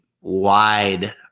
wide